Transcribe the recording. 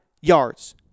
yards